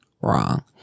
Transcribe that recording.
wrong